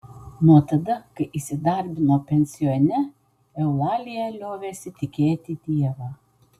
nuo tada kai įsidarbino pensione eulalija liovėsi tikėti dievą